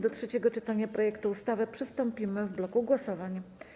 Do trzeciego czytania projektu ustawy przystąpimy w bloku głosowań.